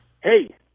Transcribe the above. Hey